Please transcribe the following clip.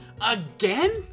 again